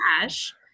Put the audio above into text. cash